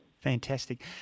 Fantastic